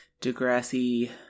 Degrassi